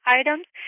items